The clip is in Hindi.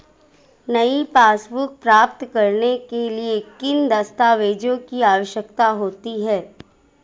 नई पासबुक प्राप्त करने के लिए किन दस्तावेज़ों की आवश्यकता होती है?